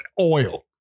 Oil